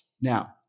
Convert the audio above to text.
Now